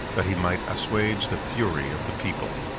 that he might assuage the fury, of the people.